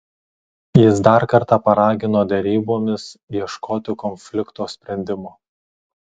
jis dar kartą paragino derybomis ieškoti konflikto sprendimo